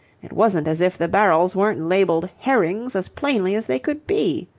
it wasn't as if the barrels weren't labelled herrings as plainly as they could be,